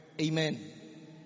Amen